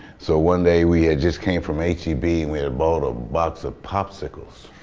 so one day we had just came from h e b we had bought a box of popsicles.